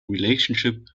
relationship